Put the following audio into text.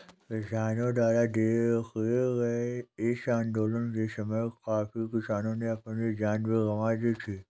किसानों द्वारा किए गए इस आंदोलन के समय काफी किसानों ने अपनी जान भी गंवा दी थी